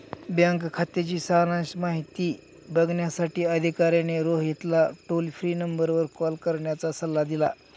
bank खात्याची सारांश माहिती बघण्यासाठी अधिकाऱ्याने रोहितला टोल फ्री नंबरवर कॉल करण्याचा सल्ला दिला